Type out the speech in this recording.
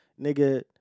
nigga